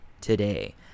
today